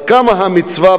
אז כמה המצווה,